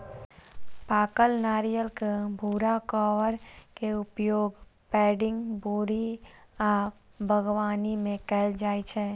पाकल नारियलक भूरा कॉयर के उपयोग पैडिंग, बोरी आ बागवानी मे कैल जाइ छै